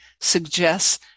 suggests